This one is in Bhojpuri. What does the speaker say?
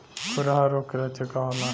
खुरहा रोग के लक्षण का होला?